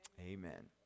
Amen